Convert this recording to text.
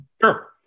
Sure